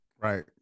Right